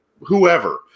whoever